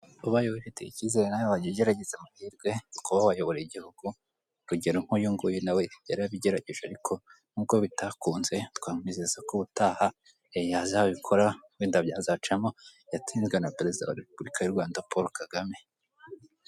Ubaye wifitiye ikizere nawe wajya ugerageza amahirwe yo kuba wayobora igihugu, urugero nk'uyu nguyu nawe yarabigerageje ariko nubwo bitakunze twamwizeza ko ubutaha yazabikora wenda byazacamo yatsinzwe na perezida wa repuburika y'u Rwanda Paul Kagame.